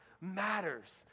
matters